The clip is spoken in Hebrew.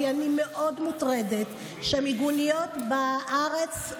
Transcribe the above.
כי אני מאוד מוטרדת שמיגוניות בארץ,